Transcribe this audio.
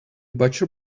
butcher